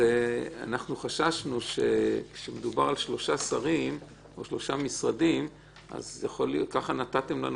חששנו שכשמדובר על שלושה שרים או שלושה משרדים נתתם לנו